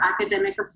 Academic